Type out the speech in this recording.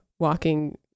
Walking